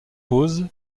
pose